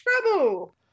trouble